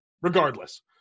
regardless